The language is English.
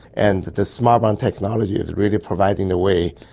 and the smart bomb technology is really providing the way,